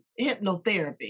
hypnotherapy